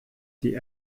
die